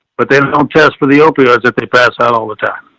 but they don't don't test for the opiates if they pass out all the time.